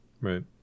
right